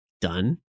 done